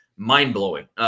Mind-blowing